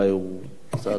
אולי הוא קצת,